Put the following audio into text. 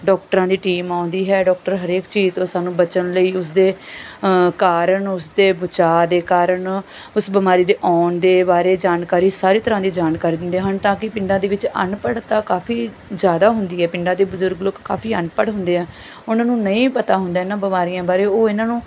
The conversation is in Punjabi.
ਡਾਕਟਰਾਂ ਦੀ ਟੀਮ ਆਉਂਦੀ ਹੈ ਡਾਕਟਰ ਹਰੇਕ ਚੀਜ਼ ਤੋਂ ਸਾਨੂੰ ਬਚਣ ਲਈ ਉਸਦੇ ਕਾਰਨ ਉਸਦੇ ਬਚਾਅ ਦੇ ਕਾਰਨ ਉਸ ਬਿਮਾਰੀ ਦੇ ਆਉਣ ਦੇ ਬਾਰੇ ਜਾਣਕਾਰੀ ਸਾਰੀ ਤਰ੍ਹਾਂ ਦੀ ਜਾਣਕਾਰੀ ਦਿੰਦੇ ਹਨ ਤਾਂ ਕਿ ਪਿੰਡਾਂ ਦੇ ਵਿੱਚ ਅਨਪੜ੍ਹਤਾ ਕਾਫੀ ਜ਼ਿਆਦਾ ਹੁੰਦੀ ਹੈ ਪਿੰਡਾਂ ਦੇ ਬਜ਼ੁਰਗ ਲੋਕ ਕਾਫੀ ਅਨਪੜ੍ਹ ਹੁੰਦੇ ਆ ਉਹਨਾਂ ਨੂੰ ਨਹੀਂ ਪਤਾ ਹੁੰਦਾ ਨਾ ਬਿਮਾਰੀਆਂ ਬਾਰੇ ਉਹ ਇਹਨਾਂ ਨੂੰ